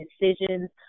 decisions